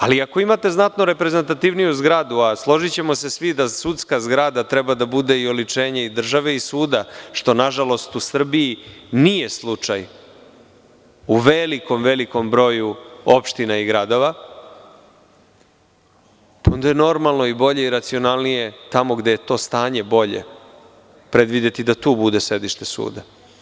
Ako imate reprezentativniju zgradu, a složićemo se svi da sudska zgrada treba da bude i oličenje države i suda, što nažalost u Srbiji nije slučaj, u velikom broju opština i gradova, onda je i normalno i bolje i racionalnije, tamo gde je to stanje bolje, predvideti da tu bude sedište suda.